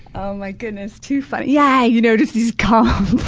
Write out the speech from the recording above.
oh my goodness, too funny. yeah, you know just these compliments.